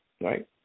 Right